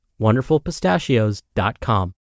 wonderfulpistachios.com